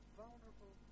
vulnerable